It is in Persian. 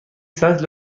سطل